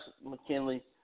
McKinley